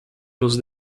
nos